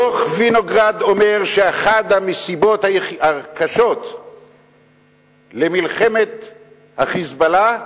דוח-וינוגרד אומר שאחת המסיבות הקשות למלחמת ה"חיזבאללה"